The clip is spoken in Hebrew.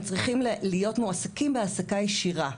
צריכים להיות מועסקים בהעסקה ישירה,